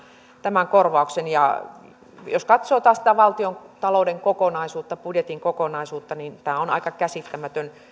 tämän korvauksen jos katsoo taas sitä valtiontalouden kokonaisuutta budjetin kokonaisuutta niin tämä on aika käsittämätön